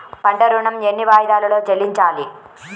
పంట ఋణం ఎన్ని వాయిదాలలో చెల్లించాలి?